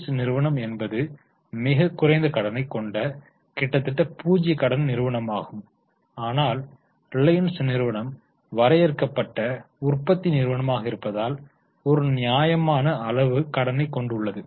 S நிறுவனம் என்பது மிகக் குறைந்த கடனைக் கொண்ட கிட்டத்தட்ட பூஜ்ஜிய கடன் நிறுவனமாகும் ஆனால் ரிலையன்ஸ் நிறுவனம் வரையறுக்கப்பட்ட உற்பத்தி நிறுவனமாக இருப்பதால் ஒரு நியாயமான அளவு கடனைக் கொண்டுள்ளது